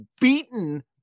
beaten